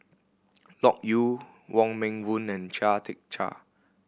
Loke Yew Wong Meng Voon and Chia Tee Chiak